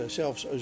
zelfs